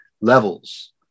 levels